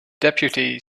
deputies